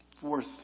Fourth